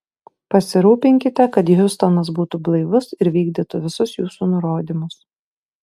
pasirūpinkite kad hiustonas būtų blaivus ir vykdytų visus jūsų nurodymus